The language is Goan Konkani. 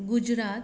गुजरात